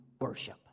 worship